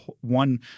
one